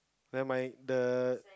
nevermind the